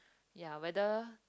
ya whether